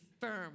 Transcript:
firm